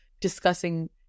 discussing